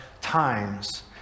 times